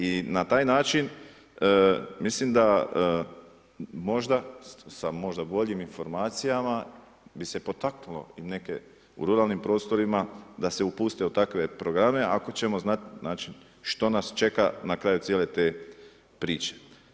I na taj način, mislim da možda, sa možda boljim informacijama bi se potaknulo i neke, u ruralnim prostorima, da se upuste u takve programe, ako ćemo znati što nas čeka na kraju cijele te priče.